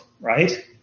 Right